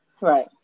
Right